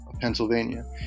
Pennsylvania